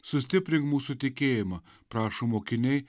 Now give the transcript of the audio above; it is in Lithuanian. sustiprink mūsų tikėjimą prašo mokiniai